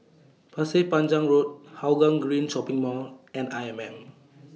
Pasir Panjang Road Hougang Green Shopping Mall and I M M